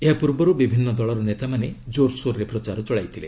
ଏହା ପୂର୍ବରୁ ବିଭିନ୍ନ ଦଳର ନେତାମାନେ ଜୋରସୋରରେ ପ୍ରଚାର ଚଳାଇଥିଲେ